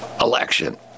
election